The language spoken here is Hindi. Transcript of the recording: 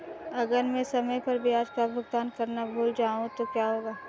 अगर मैं समय पर ब्याज का भुगतान करना भूल जाऊं तो क्या होगा?